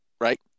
Right